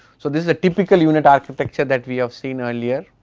so this is a typical unit architecture that we have seen earlier.